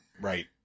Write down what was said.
Right